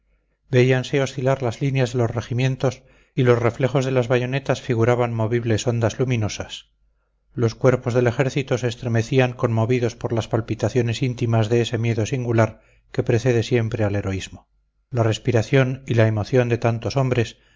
veíanse oscilar las líneas de los regimientos y los reflejos de las bayonetas figuraban movibles ondas luminosas los cuerpos de ejército se estremecían conmovidos por las palpitaciones íntimas de ese miedo singular que precede siempre al heroísmo la respiración y la emoción de tantos hombres